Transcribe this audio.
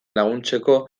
laguntzeko